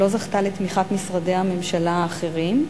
שלא זכתה לתמיכת משרדי הממשלה האחרים.